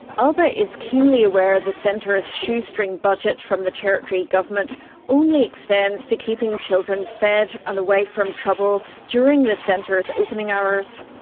alba is keenly aware the centre's shoestring budget from the territory government only extends to keeping children fed and away from trouble during the centre's opening hours.